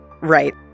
right